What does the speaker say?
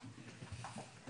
ככה.